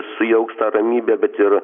sujauks tą ramybę bet ir